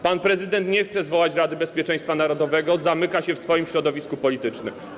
Pan prezydent nie chce zwołać Rady Bezpieczeństwa Narodowego, zamyka się w swoim środowisku politycznym.